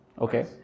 Okay